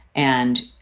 and,